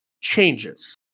changes